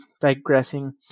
digressing